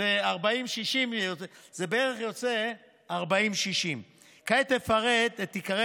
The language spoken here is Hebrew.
זה 60/40. זה בערך יוצא 60/40. כעת אפרט את עיקרי